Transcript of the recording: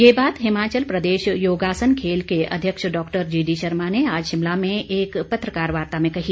ये बात हिमाचल प्रदेश योगासन खेल के अध्यक्ष डॉक्टर जीडी शर्मा ने आज शिमला में एक पत्रकार वार्ता में कही